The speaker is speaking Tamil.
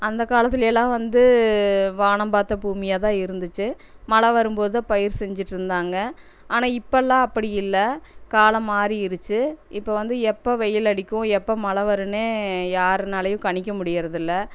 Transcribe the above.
அந்த காலத்திலேலாம் வந்து வானம் பார்த்த பூமியாக தான் இருந்துச்சு மழை வரும்போது தான் பயிர் செஞ்சுட்டுருந்தாங்க ஆனால் இப்போல்லாம் அப்படி இல்லை காலம் மாறிடுச்சு இப்போ வந்து எப்போ வெயில் அடிக்கும் எப்போ மழை வரும்ன்னே யாருனாலேயும் கணிக்க முடியுறதில்ல